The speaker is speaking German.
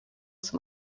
zum